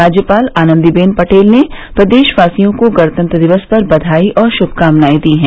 राज्यपाल आनन्दीबेन पटेल ने प्रदेशवासियों को गणतंत्र दिवस पर बधाई और शुभकामनायें दी हैं